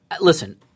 Listen